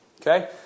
Okay